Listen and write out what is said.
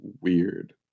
weird